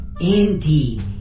Indeed